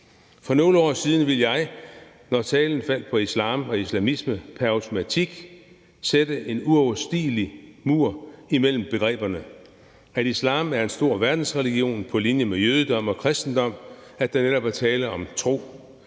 For nogle år siden ville jeg, når talen faldt på islam og islamisme, pr. automatik sætte en uoverstigelig mur mellem begreberne: På den ene side var islam en stor verdensreligion på linje med jødedom og kristendom, og der var netop tale om tro,